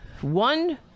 one